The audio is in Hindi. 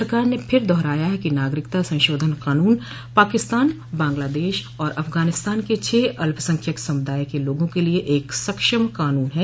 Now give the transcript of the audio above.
सरकार न फिर दोहराया है कि नागरिकता संशोधन कानून पाकिस्तान बांग्लादेश और अफगानिस्तान के छह अल्पसंख्यक समुदायों के लोगों के लिए एक सक्षम कानून है